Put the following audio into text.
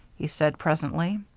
he said, presently.